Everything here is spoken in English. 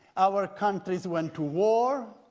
our countries went to war,